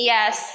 Yes